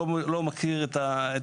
אני לא מכיר את זה,